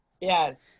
Yes